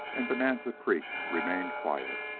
and bonanza creek remained quiet.